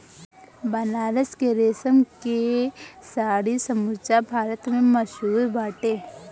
बनारस के रेशम के साड़ी समूचा भारत में मशहूर बाटे